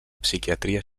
psiquiatria